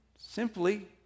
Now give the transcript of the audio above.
simply